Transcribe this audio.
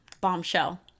Bombshell